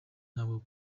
ntabwo